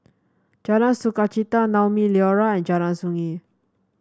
Jalan Sukachita Naumi Liora and Jalan Sungei